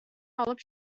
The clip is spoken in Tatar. алып